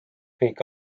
kõik